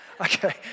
Okay